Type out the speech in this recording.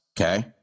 Okay